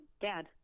dad